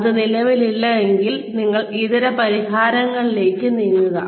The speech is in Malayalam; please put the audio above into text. അത് നിലവിലില്ലെങ്കിൽ നിങ്ങൾ ഇതര പരിഹാരങ്ങളിലേക്ക് നീങ്ങുക